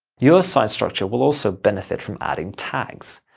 your site's structure will also benefit from adding tags.